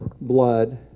blood